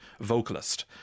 vocalist